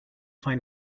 find